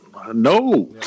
No